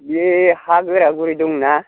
बे हा गोरा गुरै दंना